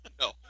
No